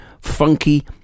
Funky